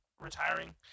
retiring